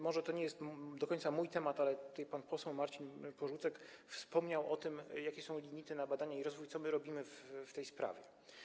Może to nie jest do końca mój temat, ale pan poseł Marcin Porzucek wspomniał o tym, jakie są limity na badania i rozwój, i zapytał, co robimy w tej sprawie.